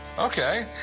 ok.